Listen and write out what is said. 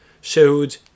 showed